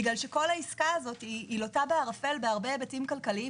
בגלל שכל העסקה הזו לוטה בערפל בהרבה היבטים כלכליים